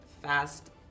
Fast